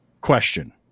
question